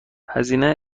هزینه